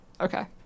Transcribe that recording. Okay